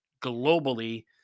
globally